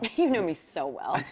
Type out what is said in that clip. you know me so well.